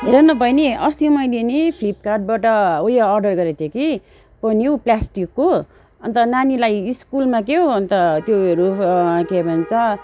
हेरन बहिनी अस्ति मैले नि फ्लिपकार्टबाट उयो अर्डर गरेको थिएँ कि पन्यु प्लास्टिकको अन्त नानीलाई स्कुलमा के हो अन्त त्योहरू के भन्छ